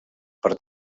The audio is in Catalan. per